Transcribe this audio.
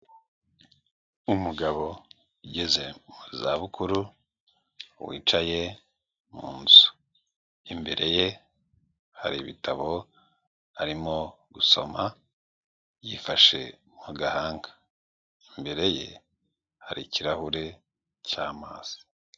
Umugabo ugeze mu za bukuru wicaye mu nzu, imbere ye hari ibitabo arimo gusoma yifashe mu gahanga, imbere ye hari ikirahure cy'amazi.